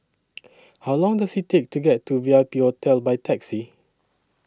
How Long Does IT Take to get to V I P Hotel By Taxi